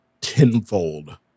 tenfold